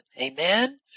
Amen